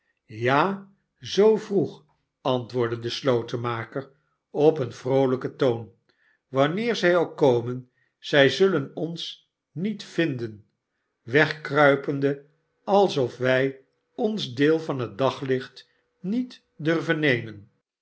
ja zoo vroeg antwobrdde de slotenmaker op een vroolijken toon wanneer zij ook komen zij zulen ons niet vinden wegkruipende lsof wij ons deel van het daglicht niet durfden nemen